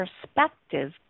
perspective